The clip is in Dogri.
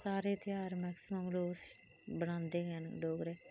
सारे त्योहार मैक्सीमम लोग बनांदे गै ना डोगरे